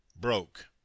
broke